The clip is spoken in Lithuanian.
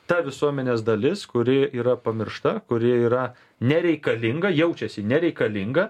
ta visuomenės dalis kuri yra pamiršta kuri yra nereikalinga jaučiasi nereikalinga